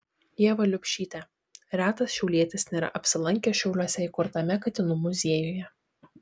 ieva liubšytė retas šiaulietis nėra apsilankęs šiauliuose įkurtame katinų muziejuje